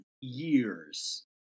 years